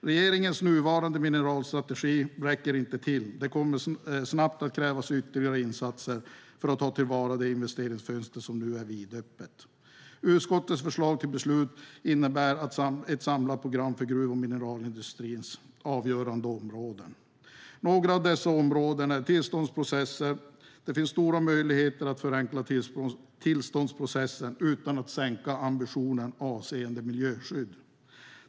Regeringens nuvarande mineralstrategi räcker inte till. Det kommer snabbt att krävas ytterligare insatser för att ta till vara det investeringsfönster som nu är vidöppet. Utskottets förslag till beslut innebär ett samlat program för gruv och mineralindustrins avgörande områden. Ett av dessa områden är tillståndsprocesser. Det finns stora möjligheter att förenkla tillståndsprocessen utan att sänka ambitionerna avseende miljöskydd.